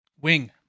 wing